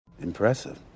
Impressive